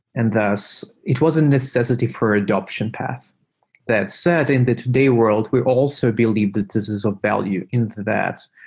and thus, it was a necessity for adaption path that said in the today world we also believe that this is a value into that.